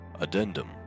Addendum